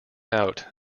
out